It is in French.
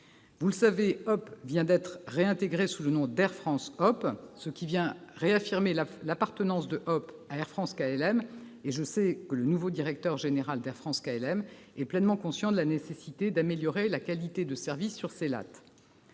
Vous le savez, HOP ! vient d'être réintégrée sous le nom Air France-KLM, ce qui réaffirme son appartenance au groupe. Je sais que le nouveau directeur général d'Air France-KLM est pleinement conscient de la nécessité d'améliorer la qualité de service sur les liaisons